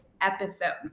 episode